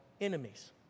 enemies